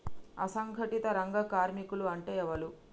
అసంఘటిత రంగ కార్మికులు అంటే ఎవలూ?